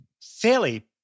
fairly